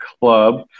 club